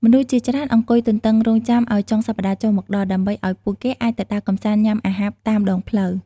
មនុស្សជាច្រើនអង្គុយទន្ទឹងរង់ចាំឲ្យចុងសប្ដាហ៍ចូលមកដល់ ដើម្បីឲ្យពួកគេអាចទៅដើរកំសាន្តញុំាអាហារតាមដងផ្លូវ។